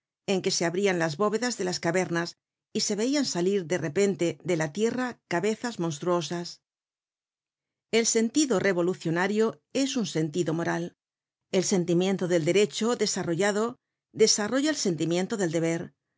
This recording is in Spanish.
en que se abrian las bóvedas de las cavernas y se veian salir de repente de la tierra cabezas monstruosas el sentido revolucionario es un sentido moral el sentimiento del derecho desarrollado desarrolla el sentimiento del deber